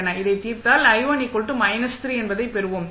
இதை தீர்த்தால் என்பதை பெறுவோம்